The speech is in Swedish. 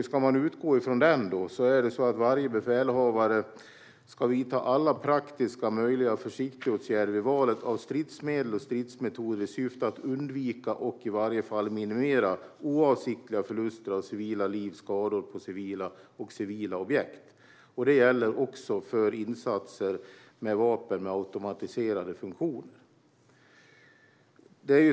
Ska man utgå från den är det så att varje befälhavare ska vidta alla praktiskt möjliga försiktighetsåtgärder vid valet av stridsmedel och stridsmetoder i syfte att undvika eller i varje fall minimera oavsiktliga förluster av civila liv samt skador på civila och civila objekt. Det gäller också för insatser med vapen med automatiserade funktioner.